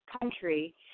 country